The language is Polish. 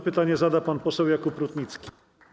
Pytanie zada pan poseł Jakub Rutnicki.